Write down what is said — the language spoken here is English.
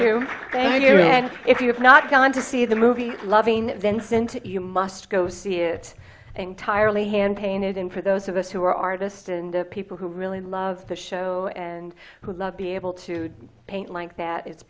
and if you have not gone to see the movie loving vincent you must go see it entirely hand painted in for those of us who are artist and the people who really love the show and who love be able to paint like that is